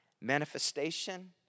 manifestation